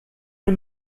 man